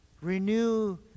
Renew